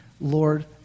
Lord